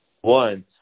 One